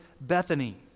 Bethany